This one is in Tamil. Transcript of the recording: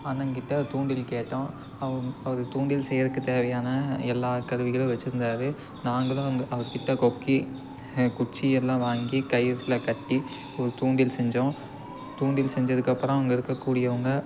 அண்ணன்கிட்ட தூண்டில் கேட்டோம் அவர் அவர் தூண்டில் செய்கிறதுக்கு தேவையான எல்லா கருவிகளும் வச்சிருந்தார் நாங்களும் அங்கே அவர்கிட்ட கொக்கி குச்சி எல்லாம் வாங்கி கயிற்றில கட்டி ஒரு தூண்டில் செஞ்சோம் தூண்டில் செஞ்சதுக்கு அப்புறம் அங்கே இருக்கக்கூடியவங்க